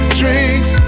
drinks